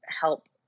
help